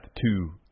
two